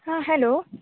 आं हॅलो